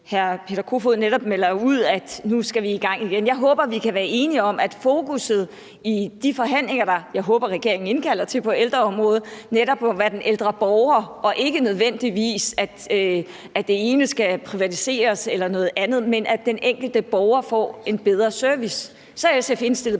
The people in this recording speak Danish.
hr. Peter Kofod netop melder ud, at nu skal vi i gang igen. Jeg håber, at vi kan være enige om, at fokusset i de forhandlinger, jeg håber regeringen indkalder til på ældreområdet, netop er på den ældre borger og ikke nødvendigvis på, at det ene eller andet skal privatiseres, men at den enkelte borger får en bedre service. Så er SF indstillet